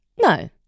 No